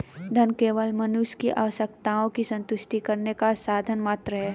धन केवल मनुष्य की आवश्यकताओं की संतुष्टि करने का साधन मात्र है